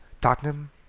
Tottenham